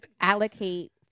allocate